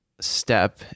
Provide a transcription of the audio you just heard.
step